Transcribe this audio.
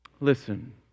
Listen